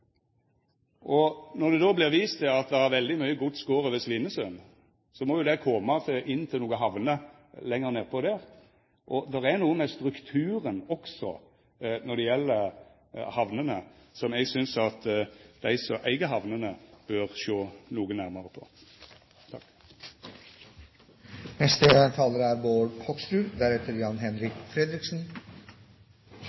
Og når det då vert vist til at veldig mykje gods går over Svinesund, må jo det koma inn til nokre hamner lenger nedover der. Det er noko med strukturen når det gjeld hamnene, som eg synest at dei som eig hamnene, bør sjå noko nærare på.